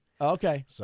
Okay